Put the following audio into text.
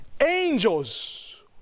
Angels